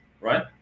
right